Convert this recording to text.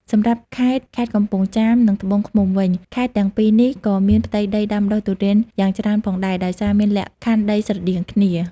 សម្រាប់់ខេត្តខេត្តកំពង់ចាម និងត្បូងឃ្មុំវិញ ខេត្តទាំងពីរនេះក៏មានផ្ទៃដីដាំដុះទុរេនយ៉ាងច្រើនផងដែរ ដោយសារមានលក្ខខណ្ឌដីស្រដៀងគ្នា។